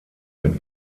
mit